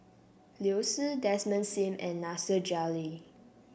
Liu Si Desmond Sim and Nasir Jalil